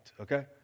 okay